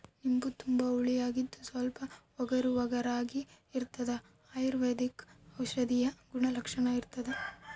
ನಿಂಬು ತುಂಬಾ ಹುಳಿಯಾಗಿದ್ದು ಸ್ವಲ್ಪ ಒಗರುಒಗರಾಗಿರಾಗಿರ್ತದ ಅಯುರ್ವೈದಿಕ ಔಷಧೀಯ ಗುಣಲಕ್ಷಣ ಇರ್ತಾದ